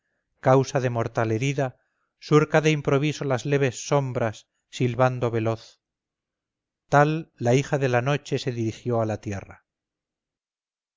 causa de mortal herida surca de improviso las leves sombras silbando veloz tal la hija de la noche se dirigió a la tierra